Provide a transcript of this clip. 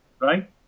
right